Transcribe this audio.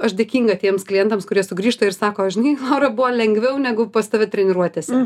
aš dėkinga tiems klientams kurie sugrįžta ir sako žinai laura buvo lengviau negu pas tave treniruotėse